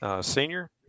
senior